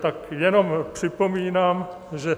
Tak jenom připomínám, že...